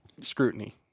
scrutiny